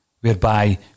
whereby